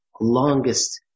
longest